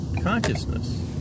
consciousness